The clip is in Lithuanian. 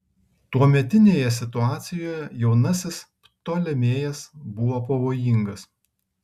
tuometinėje situacijoje jaunasis ptolemėjas buvo pavojingas